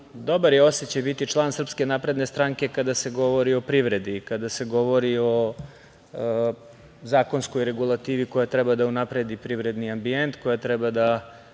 dobar je osećaj biti član SNS kada se govori o privredi, kada se govori o zakonskoj regulativi koja treba da unapredi privredni ambijent, koja treba da